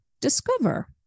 discover